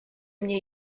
mnie